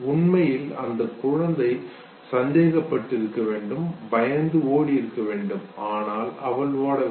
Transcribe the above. உண்மையில் அந்தக் குழந்தை சந்தேகப்பட்டு இருக்கவேண்டும் பயந்து ஓடியிருக்க வேண்டும் ஆனால் அவள் ஓடவில்லை